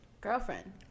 girlfriend